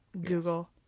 Google